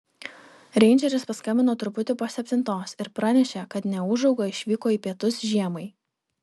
reindžeris paskambino truputį po septintos ir pranešė kad neūžauga išvyko į pietus žiemai